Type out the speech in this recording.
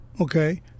okay